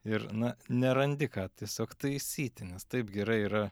ir na nerandi ką tiesiog taisyti nes taip gerai yra